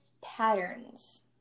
patterns